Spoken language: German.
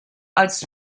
als